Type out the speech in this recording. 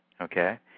Okay